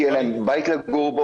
שיהיה להם בית לגור,